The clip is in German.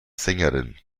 sängerin